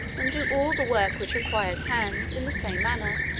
and do all the work which requires hands, in the same manner.